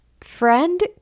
friend